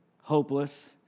hopeless